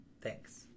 Thanks